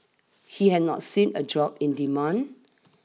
he had not seen a drop in demand